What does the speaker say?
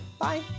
Bye